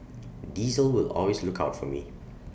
diesel will always look out for me